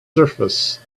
surface